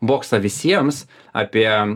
boksą visiems apie